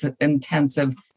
intensive